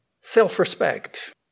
self-respect